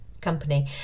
company